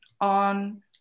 on